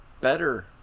Better